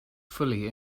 fully